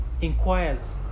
inquires